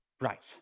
Right